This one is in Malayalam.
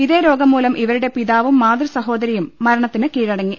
ഇതേ രോഗം മൂലം ഇവരുടെ പിതാവും മാതൃസഹോദരിയും മരണത്തിന് കീഴടങ്ങി